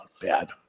bad